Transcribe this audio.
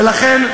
ולכן,